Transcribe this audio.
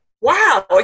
wow